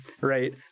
right